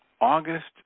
August